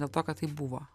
dėl to kad taip buvo